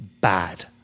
bad